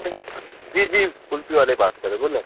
جی جی کلفی والے بات کر رہے بول نا